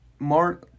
more